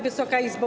Wysoka Izbo!